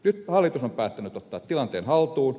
nyt hallitus on päättänyt ottaa tilanteen haltuun